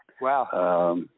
Wow